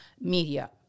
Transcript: media